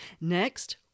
Next